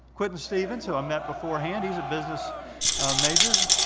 quinton stephens, so i met beforehand. he's a business major.